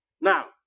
Now